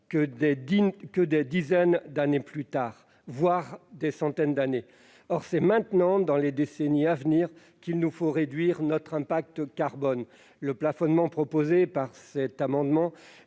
que des dizaines, voire des centaines d'années plus tard. Or c'est maintenant, dans les décennies à venir, qu'il nous faut réduire notre impact carbone. Le plafonnement proposé par cet amendement